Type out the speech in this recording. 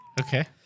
Okay